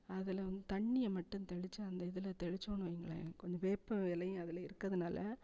அதில் வந்து தண்ணியை மட்டும் தெளிச்சு அந்த இதில் தெளிச்சோன்னு வையுங்களேன் கொஞ்சம் வேப்ப இலையும் அதில் இருக்கிறதுனால